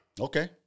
Okay